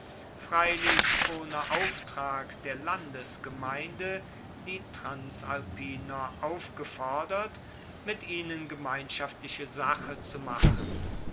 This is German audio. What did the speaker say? freilich ohne auftrag der landesgemeinde die transalpiner aufgefordert mit ihnen gemeinschaftliche sache zu machen